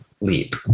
leap